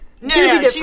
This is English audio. No